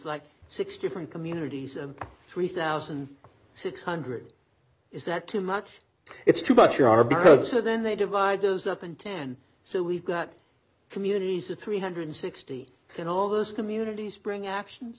like six different communities and three thousand six hundred is that too much it's too much or are because then they divide those up and ten so we've got communities of three hundred and sixty and all those communities bring actions